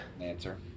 answer